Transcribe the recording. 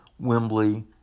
Wembley